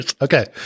Okay